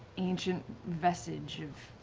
ancient vestige of